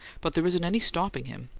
but there isn't any stopping him.